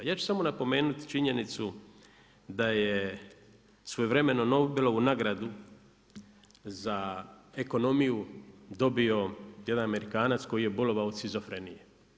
Ja ću samo napomenuti činjenicu, da je svojevremeno Nobelovu nagradu za ekonomiju, dobio jedan Amerikanac koji je bolovao od šizofrenije.